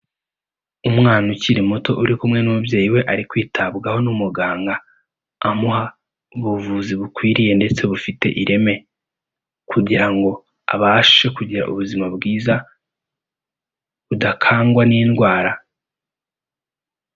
Umwana ukiri muto, uri kumwe n'umubyeyi we, ari kwitabwaho n'umuganga, amuha ubuvuzi bukwiriye ndetse bufite ireme. Kugira ngo abashe kugira ubuzima bwiza, budakangwa n'indwara.